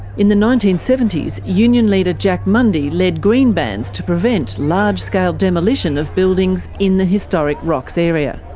in the nineteen seventy s, union leader jack mundey led green bans to prevent large scale demolition of buildings in the historic rocks area.